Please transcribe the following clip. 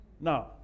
Now